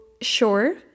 sure